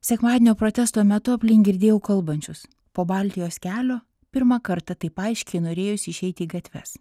sekmadienio protesto metu aplink girdėjau kalbančius po baltijos kelio pirmą kartą taip aiškiai norėjosi išeiti į gatves